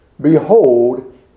behold